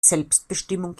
selbstbestimmung